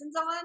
on